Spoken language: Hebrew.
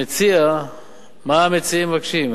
מה המציעים מבקשים?